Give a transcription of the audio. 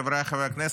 חבריי חברי הכנסת,